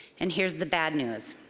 and here's the bad news.